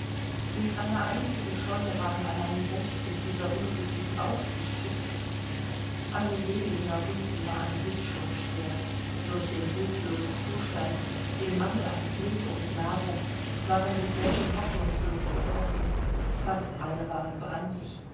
in einer einzigen scheune waren allein dieser unglücklichen aufgeschichtet eine jede ihrer wunden war an sich schon schwer durch den hilflosen zustand den mangel an pflege und nahrung waren dieselben hoffnungslos geworden fast alle waren brandig